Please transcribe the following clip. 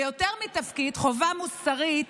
ויותר מתפקיד חובה מוסרית,